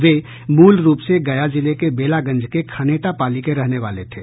वे मूलरूप से गया जिले के बेलागंज के खनेटा पाली के रहने वाले थे